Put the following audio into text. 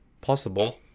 possible